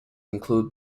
include